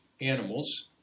animals